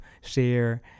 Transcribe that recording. share